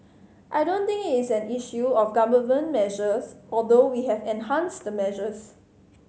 I don't think it is an issue of Government measures although we have enhanced the measures